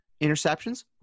interceptions